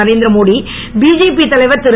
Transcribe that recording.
Narendra Modi BJP தலைவர் திரு